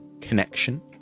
connection